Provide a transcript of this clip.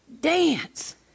dance